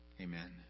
Amen